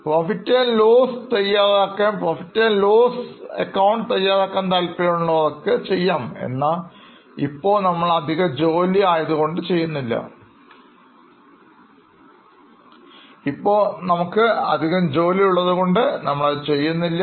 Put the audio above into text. Profit lossAC തയ്യാറാക്കാൻ താൽപ്പര്യമുള്ളവർക്ക് ചെയ്യാം എന്നാൽ ഇപ്പോൾ നമ്മൾ അത് അധികജോലി ആയതുകൊണ്ട് ചെയ്യുന്നില്ല